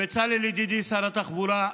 בצלאל, ידידי שר התחבורה,